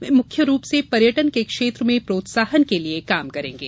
वे मुख्य रूप से पर्यटन के क्षेत्र में प्रोत्साहन के लिये कार्य करेंगे